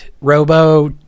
robo